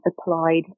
applied